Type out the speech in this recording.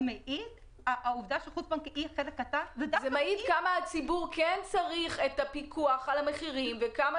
מעיד --- זה מעיד כמה הציבור כן צריך את הפיקוח על המחירים וכמה